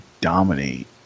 dominate